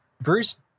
Bruce